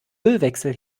ölwechsel